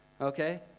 okay